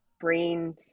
brain